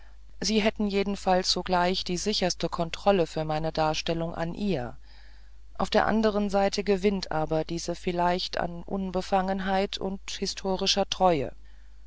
sie hätten jedenfalls sogleich die sicherste kontrolle für meine darstellung an ihr auf der andern seite gewinnt aber diese vielleicht an unbefangenheit und historischer treue